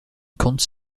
kunst